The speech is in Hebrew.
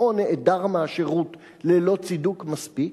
או נעדר מהשירות ללא צידוק מספיק,